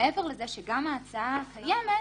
זה ללכת הפוך,